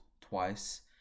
twice